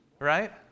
Right